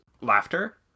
laughter